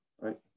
right